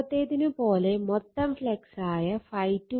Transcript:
മുമ്പത്തേതിന് പോലെ മൊത്തം ഫ്ളക്സായ ∅2∅22∅21